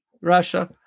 Russia